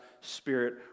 spirit